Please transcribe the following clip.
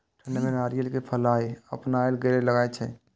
ठंड में नारियल के फल अपने अपनायल गिरे लगए छे?